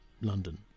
London